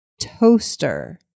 toaster